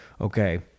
okay